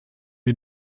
wir